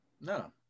no